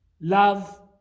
Love